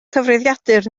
cyfrifiadur